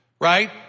right